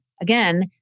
again